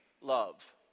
love